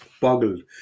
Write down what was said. boggled